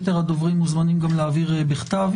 יתר הדוברים מוזמנים גם להעביר בכתב.